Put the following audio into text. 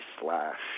slash